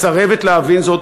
מסרבת להבין זאת,